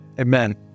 amen